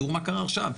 תראו מה קרה עכשיו.